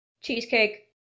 Cheesecake